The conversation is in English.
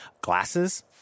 glasses